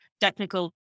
technical